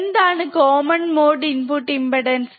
എന്താണ് common mode input impedance